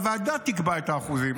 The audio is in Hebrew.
שהוועדה תקבע את האחוזים,